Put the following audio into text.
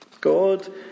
God